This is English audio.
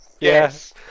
Yes